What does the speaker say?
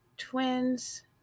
twins